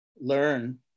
learn